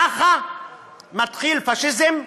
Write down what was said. ככה מתחיל פאשיזם,